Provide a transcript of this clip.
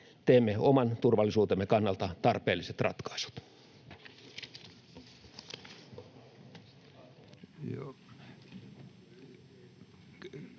Teemme oman turvallisuutemme kannalta tarpeelliset ratkaisut.